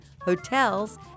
hotels